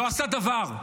לא עשה דבר.